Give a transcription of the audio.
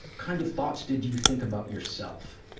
kind of thoughts did you think about yourself,